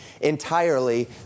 entirely